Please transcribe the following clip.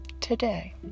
today